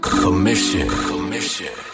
commission